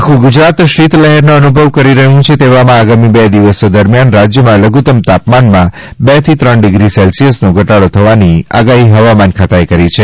આખું ગુજરાત શીત લહેરનો અનુભવ કરી રહ્યું છે તેવામાં આગામી બે દિવસ દરમિયાન રાજ્યમાં લધુત્તમ તાપમાનમાં બેથી ત્રણ ડિગ્રી સેલ્સિયસનો ઘટાડો થવાની આગાહી હવામાન ખાતાએ કરી છે